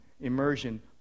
immersion